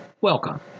welcome